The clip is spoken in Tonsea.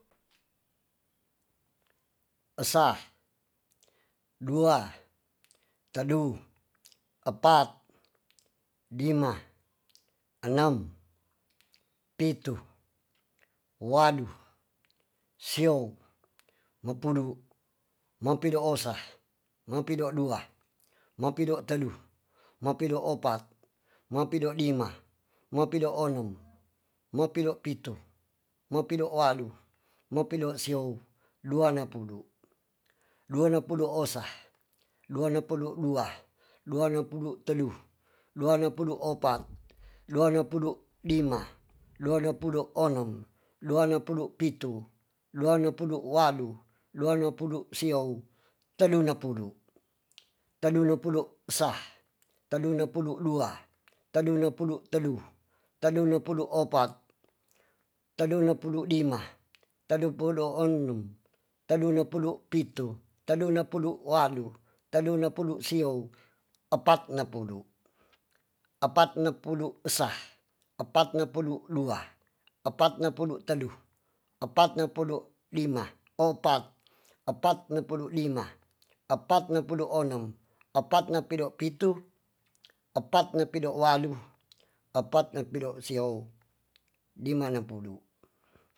Esa dua tedu epat dima enem pitu wadu siou mapudu mapido osa mapido dua mapido tedu mapedu opat mapido dima mapido onung mepido pitu mepido walu mapido siou dua ne pudo dua nepudu osa dua nepudu dua dua nepudu tedu dua nepudu opat dua nepudu dima dua nepudu onung dua nepudu pitu dua nepudu wadu dua nepudu siou tedu nepudu tedu nepudu esah tedu nepudu dua tedu nepudu tedu tedu nepudu opat tedu nepudu dima tedu nepudu enung tedu nepudu pitu tedu nepudu wadu tedu nepudu siou epat nepudu epat nepudu esa epat nepudu dua epat nepudu tedu epat nepudu dima o epat epat nepudu dima epat nepudu onung epat nepido pitu epat nepido walu epat nepido siou dima nepudu